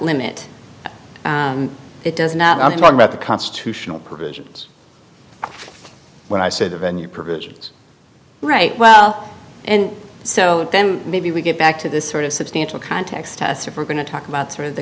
limit it does not talk about the constitutional provisions when i say the venue provisions right well and so then maybe we get back to this sort of substantial context test if we're going to talk about sort of the